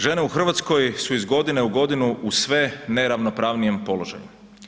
Žene u Hrvatskoj su iz godine u godinu u sve neravnopravnijem položaju.